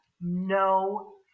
no